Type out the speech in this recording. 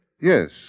Yes